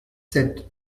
sept